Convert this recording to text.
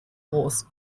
wars